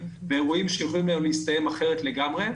באירועים שהיו יכולים להסתיים אחרת לגמרי,